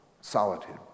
solitude